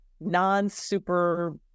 non-super